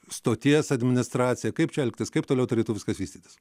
stoties administracija kaip čia elgtis kaip toliau turėtų viskas vystytis